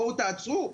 בואו תעצרו,